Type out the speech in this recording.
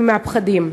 ומהפחדים.